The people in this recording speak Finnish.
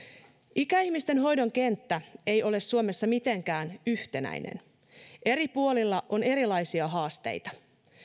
ikäihmisten hoidon kenttä ei ole suomessa mitenkään yhtenäinen eri puolilla on erilaisia haasteita